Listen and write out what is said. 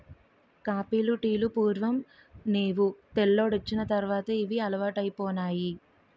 కాపీలు టీలు పూర్వం నేవు తెల్లోడొచ్చిన తర్వాతే ఇవి అలవాటైపోనాయి